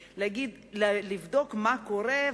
לבדוק מה קורה,